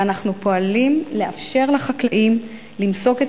ואנחנו פועלים לאפשר לחקלאים למסוק את